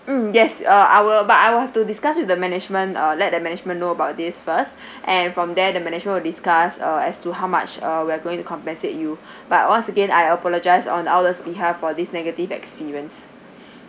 mm yes err I will but I will have to discuss with the management let the management know about this first and from there the management will discuss uh as to how much uh we're going to compensate you but once again I apologise on outlet's behalf for this negative experience